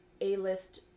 A-list